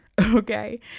okay